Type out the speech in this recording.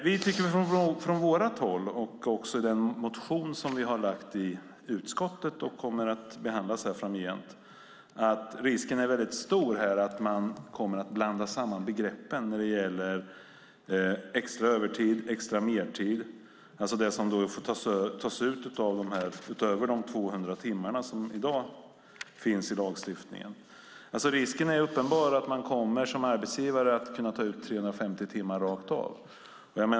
Vi tycker från vårt håll, också i den motion som vi har väckt i utskottet och som kommer att behandlas framgent, att risken är väldigt stor att man kommer att blanda samman begreppen när det gäller extra övertid och extra mertid, alltså det som får tas ut utöver de 200 timmar som i dag finns i lagstiftningen. Risken är uppenbar att man som arbetsgivare kommer att kunna ta ut 350 timmar rakt av.